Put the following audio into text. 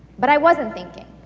but i wasn't thinking,